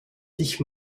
dich